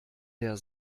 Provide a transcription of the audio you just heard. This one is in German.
der